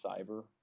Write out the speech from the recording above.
cyber